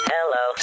Hello